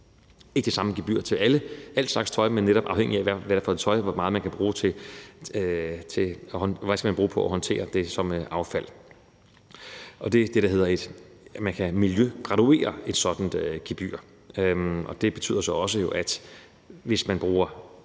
ikke samme gebyr til al slags tøj, men netop afhængig af, hvad det er for noget tøj, og hvad man skal bruge på at håndtere det som affald. Og det er det, der hedder, at man kan miljøgraduere et sådant gebyr. Det betyder så også, at hvis man bruger